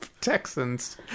Texans